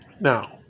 Now